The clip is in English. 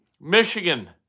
Michigan